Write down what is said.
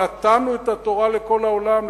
נתנו את התורה לכל העולם,